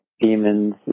demons